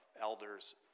elders